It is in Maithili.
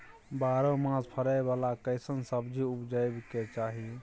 बारहो मास फरै बाला कैसन सब्जी उपजैब के चाही?